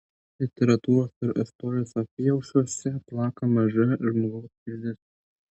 literatūros ir istorijos apyaušriuose plaka maža žmogaus širdis